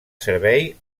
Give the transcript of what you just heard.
servei